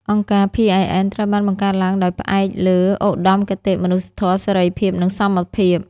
អង្គការ PIN ត្រូវបានបង្កើតឡើងដោយផ្អែកលើឧត្តមគតិមនុស្សធម៌ សេរីភាព និងសមភាព។